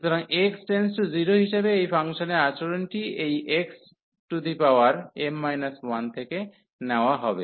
সুতরাং x→0 হিসাবে এই ফাংশনের আচরণটি এই xm 1 থেকে নেওয়া হবে